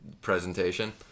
presentation